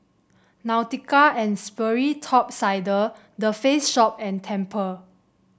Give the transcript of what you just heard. Nautica And Sperry Top Sider The Face Shop and Tempur